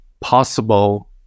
possible